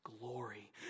glory